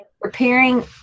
preparing